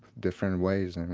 different ways. and